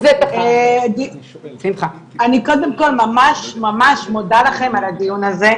אני קודם כל ממש ממש מודה לכם על הדיון הזה,